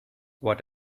what